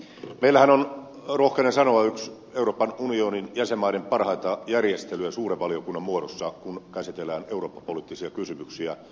meillähän on rohkenen sanoa yksi euroopan unionin jäsenmaiden parhaita järjestelyjä suuren valiokunnan muodossa kun käsitellään eurooppa poliittisia kysymyksiä